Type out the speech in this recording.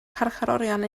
carcharorion